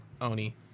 Oni